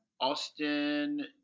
Austin